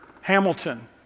Hamilton